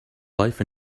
life